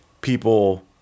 people